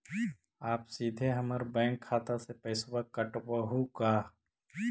आप सीधे हमर बैंक खाता से पैसवा काटवहु का?